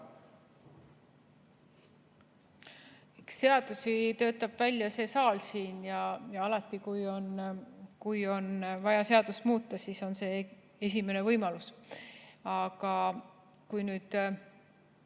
seadusi töötab välja see saal siin. Alati, kui on vaja seadust muuta, siis on see esimene võimalus. Aga kui meie